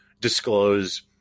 disclose